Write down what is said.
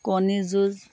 কণী যুঁজ